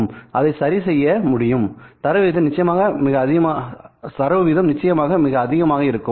சரி அதை செய்ய முடியும் தரவு விகிதம் நிச்சயமாக மிக அதிகமாக இருக்கும்